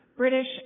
British